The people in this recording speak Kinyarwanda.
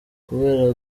kubera